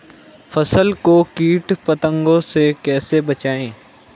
फसल को कीट पतंगों से कैसे बचाएं?